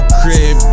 crib